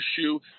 issue